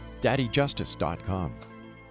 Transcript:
daddyjustice.com